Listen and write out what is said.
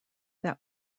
that